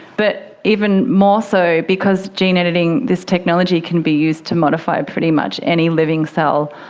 but even more so because gene editing, this technology can be used to modify pretty much any living cell.